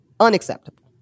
Unacceptable